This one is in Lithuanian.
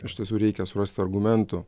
iš tiesų reikia surasti argumentų